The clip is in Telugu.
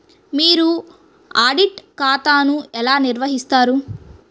మీరు ఆడిట్ ఖాతాను ఎలా నిర్వహిస్తారు?